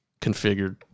configured